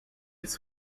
its